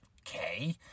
okay